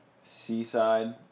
Seaside